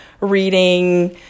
reading